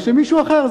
ושמישהו אחר,